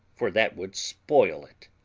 for that would spoil it.